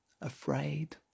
afraid